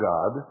God